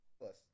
plus